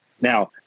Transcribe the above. Now